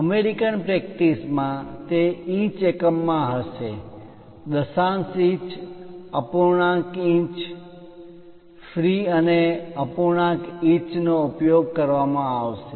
American પ્રેક્ટિસમાં તે inch એકમ મા હશે દશાંશ ઇંચ અપૂર્ણાંક ઇંચ ફી અને અપૂર્ણાંક ઇંચ નો ઉપયોગ કરવામાં આવશે